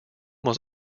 was